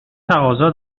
تقاضا